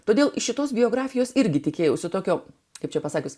todėl šitos biografijos irgi tikėjausi tokio kaip čia pasakius